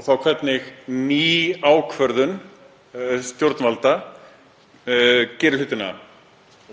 og þá hvernig ný ákvörðun stjórnvalda gerir hlutina